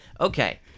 Okay